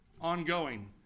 ongoing